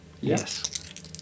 Yes